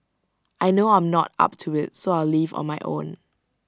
I know I'm not up to IT so I will leave on my own